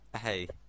Hey